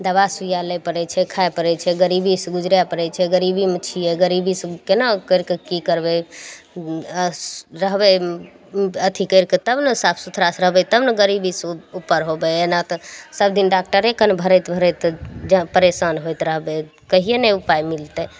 दवाइ सुइया लै पड़ै छै खाए पड़ै छै गरीबी से गुजरै पड़ै छै गरीबीमे छियै गरीबी से केना कैरि कऽ की करबै रहबै अथी कैरि कऽ तब ने साफ सुथड़ा से रहबै तब ने गरीबी से ओ उपर होबै एना तऽ सब दिन डाक्टरे कन भरैत भरैत जा परेशां होइत रहबै कहीं नहि उपाए मिलतै